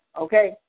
okay